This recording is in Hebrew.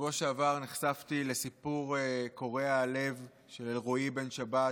בשבוע שעבר נחשפתי לסיפור קורע הלב של אלרועי בן שבת,